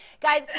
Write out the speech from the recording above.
guys